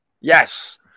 Yes